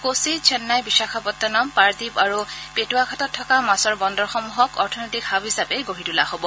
কোচি চেন্নাই বিশাখাপট্টনম পাৰাদীপ আৰু পেটৱাঘাটত থকা মাছৰ বন্দৰসমূহক অৰ্থনৈতিক হাব হিচাপে গঢ়ি তোলা হব